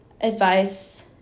advice